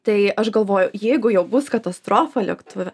tai aš galvoju jeigu jau bus katastrofa lėktuve